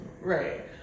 right